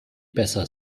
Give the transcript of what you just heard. besser